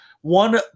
one